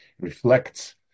reflects